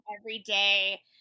everyday